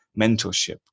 mentorship